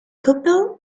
couple